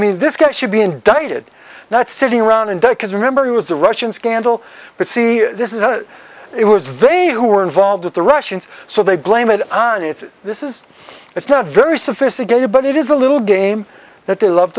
mean this guy should be indicted not sitting around in debt because remember he was a russian scandal but see this is what it was they who were involved with the russians so they blame it on it's this is it's not very sophisticated but it is a little game that they love